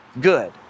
good